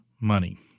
money